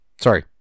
Sorry